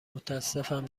متاسفم